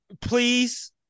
Please